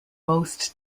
most